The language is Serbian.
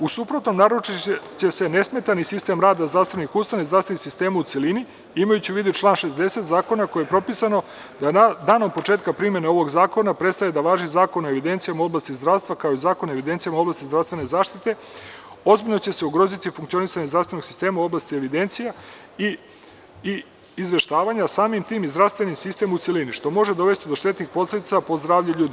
U suprotnom, narušiće se nesmetani sistem rada zdravstvenih ustanova i zdravstvenih sistema u celini, imajući u vidu član 60. zakona, kojim je propisano da danom početka primene ovog zakona prestaje da važi Zakon o evidencijama u oblasti zdravstva, kao i Zakon o evidencijama u oblasti zdravstvene zaštite, ozbiljno će se ugroziti funkcionisanje zdravstvenog sistema u oblasti evidencija i izveštavanja, a samim tim i zdravstveni sistem u celini, što može dovesti do štetnih posledica po zdravlje ljudi.